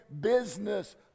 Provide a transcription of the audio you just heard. business